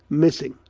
missing.